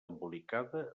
embolicada